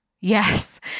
Yes